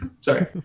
Sorry